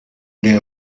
der